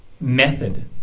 Method